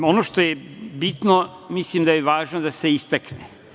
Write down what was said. Ono što je bitno mislim da je važno da se istakne.